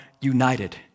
united